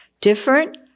Different